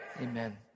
Amen